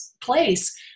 place